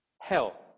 hell